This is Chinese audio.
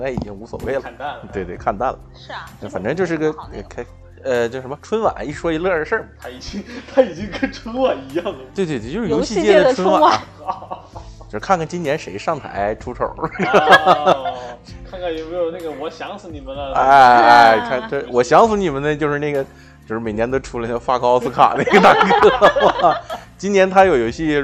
在已经无所谓了。看淡了。对，对，看淡了。是啊。那反正就是个开-这种就是不好那种。呃，叫什么，春晚，一说一乐的事儿嘛。 他已经- 他已经跟春晚一样了。 对，对，对，就是游戏界的春晚啊。游戏界的春晚。 就是看看今年谁上台出丑。 哦，看看有没有那个我想死你们了。 哎，啊。哎，哎，看，这，我想死你们的就是那个，就是每年都出来fuck奥斯卡那个大哥。 嗯。嗯。 今年他有游戏